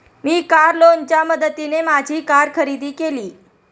मी car लोनच्या मदतीने माझी कार खरेदी केली